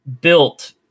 built